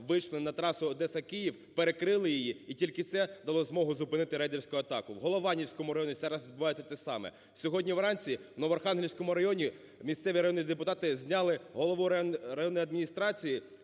вийшли на трасу Одеса-Київ, перекрили її і тільки це дало змогу зупинити рейдерську атаку. В Голованівському районі зараз відбувається те саме. Сьогодні вранці в Новоархангельському районі місцеві районні депутати зняли голову районної адміністрації